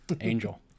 Angel